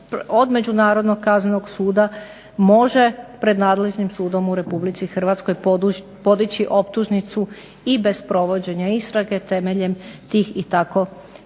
od međunarodnog kaznenog suda može pred nadležnim sudom u Republici Hrvatskoj podići optužnicu i bez provođenja istrage temeljem tih i